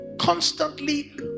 constantly